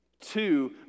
Two